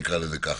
נקרא לזה כך,